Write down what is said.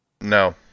No